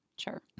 Sure